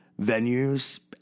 venues